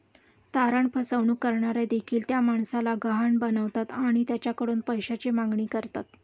तारण फसवणूक करणारे देखील त्या माणसाला गहाण बनवतात आणि त्याच्याकडून पैशाची मागणी करतात